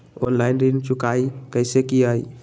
Online ऋण चुकाई कईसे की ञाई?